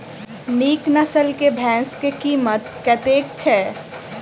नीक नस्ल केँ भैंस केँ कीमत कतेक छै?